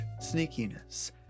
sneakiness